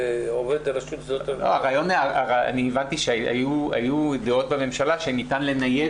אני הבנתי שהיו בממשלה דעות שניתן לנייד